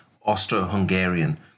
Austro-Hungarian